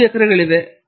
5 ಎಕರೆಗಳಿವೆ